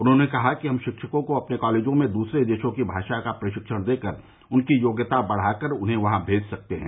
उन्होंने कहा कि हम शिक्षकों को अपने कॉलेजों में दूसरे देशों की भाषा का प्रशिक्षण देकर उनकी योग्यता बढ़ाकर उन्हें वहां मेज सकते हैं